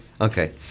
Okay